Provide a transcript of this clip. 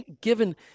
given